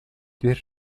del